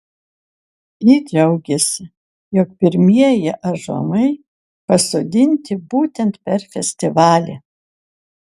ji džiaugėsi jog pirmieji ąžuolai pasodinti būtent per festivalį